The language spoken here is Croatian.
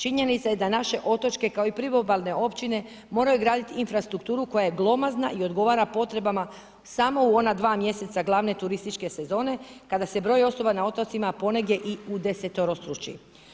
Činjenica je naše otočke kao i priobalne općine moraju graditi infrastrukturu koja je glomazna i odgovara potrebama samo u ona dva mjeseca glavne turističke sezone kada se broj osoba na otocima ponegdje i udeseterostruči.